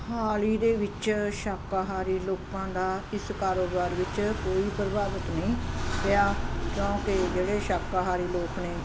ਹਾਲ ਹੀ ਦੇ ਵਿੱਚ ਸ਼ਾਕਾਹਾਰੀ ਲੋਕਾਂ ਦਾ ਇਸ ਕਾਰੋਬਾਰ ਵਿੱਚ ਕੋਈ ਪ੍ਰਭਾਵ ਨਹੀਂ ਪਿਆ ਕਿਉਂਕਿ ਜਿਹੜੇ ਸ਼ਾਕਾਹਾਰੀ ਲੋਕ ਨੇ